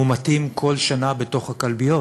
מומתים כל שנה בתוך הכלביות.